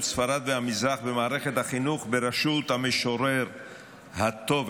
ספרד והמזרח במערכת החינוך בראשות המשורר הטוב,